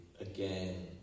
again